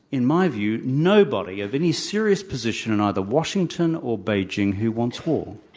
in my view, nobody of any serious position in either washington or beijing who wants war.